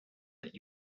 that